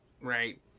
right